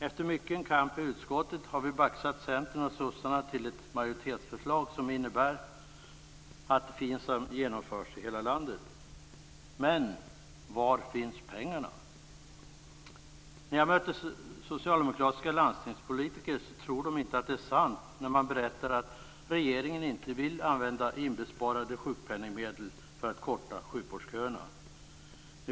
Efter mycken kamp i utskottet har vi baxat Centern och sossarna till ett majoritetsförslag som innebär att FINSAM genomförs i hela landet. Men var finns pengarna? När jag möter socialdemokratiska landstingspolitiker tror de inte det är sant när jag berättar att regeringen inte vill använda inbesparade sjukpenningsmedel för att korta sjukvårdsköerna.